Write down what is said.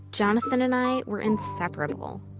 jonathan and i were inseparable,